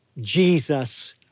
Jesus